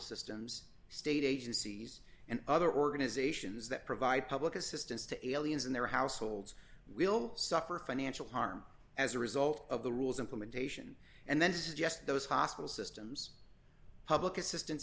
systems state agencies and other organizations that provide public assistance to aliens in their households will suffer financial harm as a result of the rules implementation and then suggest those hospital systems public assistance